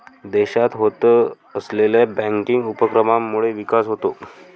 देशात होत असलेल्या बँकिंग उपक्रमांमुळे विकास होतो